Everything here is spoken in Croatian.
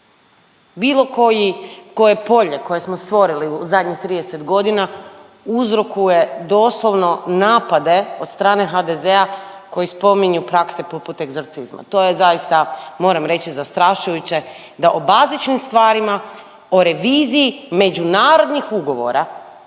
koji, koje polje koje smo stvorili u zadnjih 30.g., uzrokuje doslovno napade od strane HDZ-a koji spominju prakse poput egzorcizma, to je zaista moram reći zastrašujuće da o bazičnim stvarima, o reviziji međunarodnih ugovora